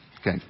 Okay